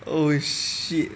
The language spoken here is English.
oh shit